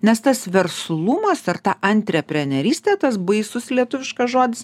nes tas verslumas ar ta antreprenerystė tas baisus lietuviškas žodis